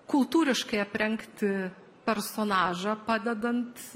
kultūriškai aprengti personažą padedant